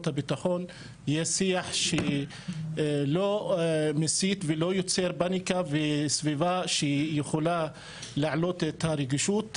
הביטחון יהיה שיח שלא מסית לא יוצר פאניקה שיכולה להעלות את הרגישות.